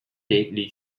deadly